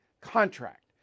contract